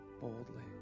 boldly